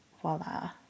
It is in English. voila